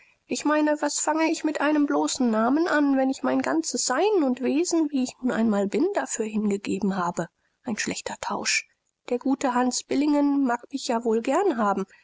ich meine was fange ich mit einem bloßen namen an wenn ich mein ganzes sein und wesen wie ich nun einmal bin dafür hingegeben habe ein schlechter tausch der gute hans billingen mag mich ja wohl gern haben